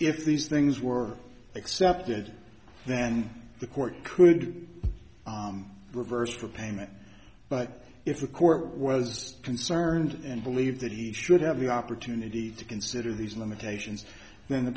if these things were accepted then the court could reverse the payment but if the court was concerned and believe that he should have the opportunity to consider these limitations then the